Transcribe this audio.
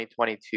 2022